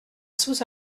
sous